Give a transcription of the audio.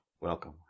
Welcome